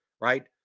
Right